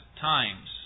times